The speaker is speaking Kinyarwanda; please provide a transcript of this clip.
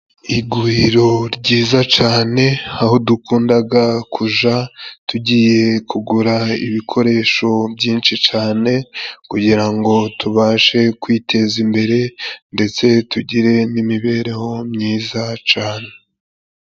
Iguriro ryiza cane aho dukundaga kuja tugiye kugura ibikoresho byinshi cyane, kugirango tubashe kwiteza imbere ndetse tugire n'imibereho myiza cane.